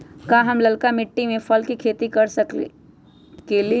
का हम लालका मिट्टी में फल के खेती कर सकेली?